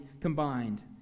combined